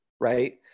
right